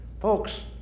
Folks